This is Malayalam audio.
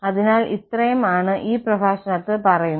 അതിനാൽ ഇത്രയും ആണ് ഈ പ്രഭാഷണത്തിൽ പറയുന്നത്